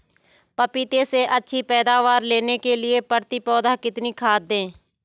पपीते से अच्छी पैदावार लेने के लिए प्रति पौधा कितनी खाद दें?